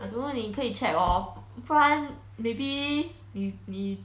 I don't know 你可以 check lor 不然 maybe 你你